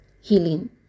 healing